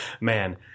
Man